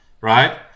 right